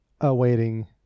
awaiting